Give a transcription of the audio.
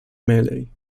melee